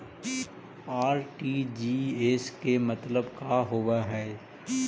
RTGS के मतलब का होव हई?